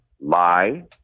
lie